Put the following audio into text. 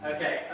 Okay